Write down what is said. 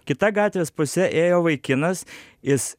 kita gatvės puse ėjo vaikinas jis